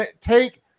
take